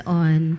on